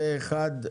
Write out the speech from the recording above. פה אחד.